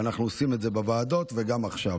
ואנחנו עושים את זה בוועדות וגם עכשיו.